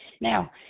now